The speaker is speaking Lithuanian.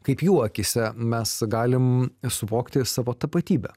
kaip jų akyse mes galim suvokti savo tapatybę